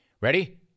Ready